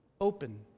open